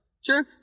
Sure